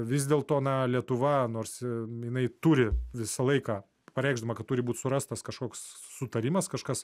vis dėlto na lietuva nors jinai turi visą laiką pareikšdama kad turi būt surastas kažkoks sutarimas kažkas